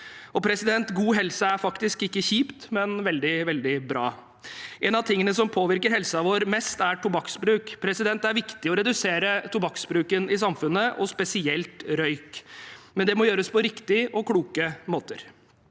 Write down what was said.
God helse er faktisk ikke kjipt, men veldig, veldig bra. Noe av det som påvirker helsen vår mest, er tobakksbruk. Det er viktig å redusere tobakksbruken i samfunnet og spesielt røyking. Men det må gjøres på riktige og kloke måter.